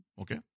Okay